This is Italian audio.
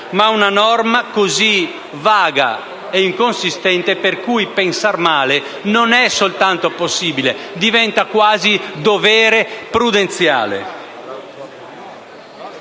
è una norma ed è così vaga ed inconsistente che pensar male non soltanto è possibile, diventa quasi un dovere prudenziale.